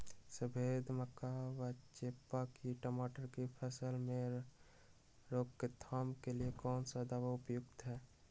सफेद मक्खी व चेपा की टमाटर की फसल में रोकथाम के लिए कौन सा दवा उपयुक्त है?